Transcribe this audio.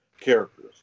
characters